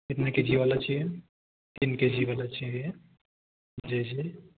कितने K G वाला चाहिए तीन के जी वाला चाहिए जी जी